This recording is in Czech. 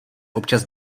občas